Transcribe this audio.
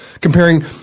comparing